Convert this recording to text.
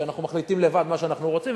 שאנחנו מחליטים לבד מה שאנחנו רוצים,